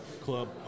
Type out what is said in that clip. Club